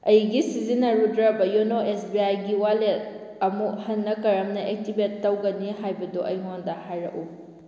ꯑꯩꯒꯤ ꯁꯤꯖꯤꯟꯅꯔꯨꯗ꯭ꯔꯕ YONO S B ꯑꯥꯏꯒꯤ ꯋꯥꯂꯦꯠ ꯑꯃꯨꯛ ꯍꯟꯅ ꯀꯔꯝꯅ ꯑꯦꯛꯇꯤꯚꯦꯠ ꯇꯧꯒꯅꯤ ꯍꯥꯏꯕꯗꯨ ꯑꯩꯉꯣꯟꯗ ꯍꯥꯏꯔꯛꯎ